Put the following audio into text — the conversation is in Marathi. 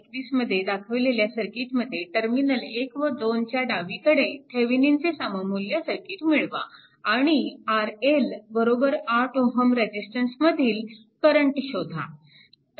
21 मध्ये दाखवलेल्या सर्किटमध्ये टर्मिनल 1 व 2 च्या डावीकडे थेविनिनचे सममुल्य सर्किट मिळवा आणि RL 8 Ω रेजिस्टन्समधील करंट शोधा